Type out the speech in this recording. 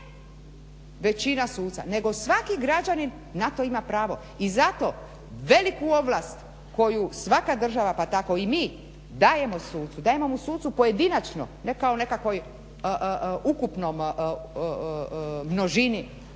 većina suca, nego svaki građanin na to ima pravo. I zato veliku ovlast koju svaka država pa tako i mi dajemo sucu, dajemo mu sucu pojedinačno, ne kao nekakvoj ukupnom množini,